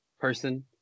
person